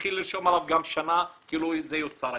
שיתחיל לרשום עליו שנה כאילו זה יוּצר היום.